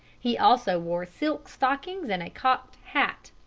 he also wore silk stockings and a cocked hat.